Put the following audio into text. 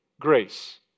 Grace